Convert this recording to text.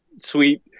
sweet